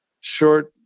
short